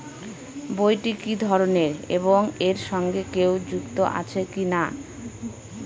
বইটি কি ধরনের এবং এর সঙ্গে কেউ যুক্ত আছে কিনা?